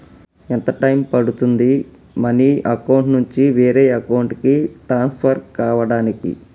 ఎంత టైం పడుతుంది money account నుంచి వేరే అకౌంట్ కి ట్రాన్స్ఫర్ కావటానికి?